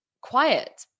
quiet